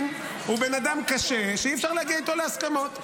הוא בן אדם קשה שאי-אפשר להגיע איתו להסכמות,